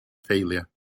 failure